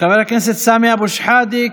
חבר הכנסת סמי אבו שחאדה,